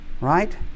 Right